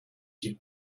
you